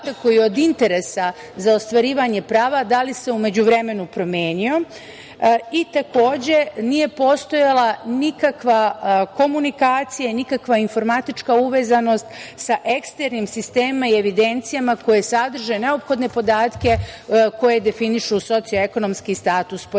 koji je od interesa za ostvarivanje prava u međuvremenu promenio. Takođe, nije postojala nikakva komunikacija, nikakva informatička uvezanost sa eksternim sistemima i evidencijama koje sadrže neophodne podatke koje definišu socioekonomski status pojedinca. Imajući